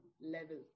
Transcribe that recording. level